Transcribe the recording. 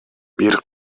бир